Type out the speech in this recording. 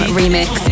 remix